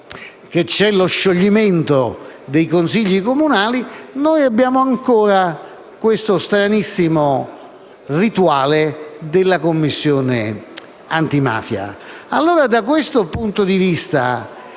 che c'è lo scioglimento dei consigli comunali, noi abbiamo ancora questo stranissimo rituale della Commissione antimafia. Da questo punto di vista,